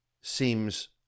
seems